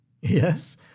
Yes